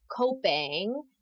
coping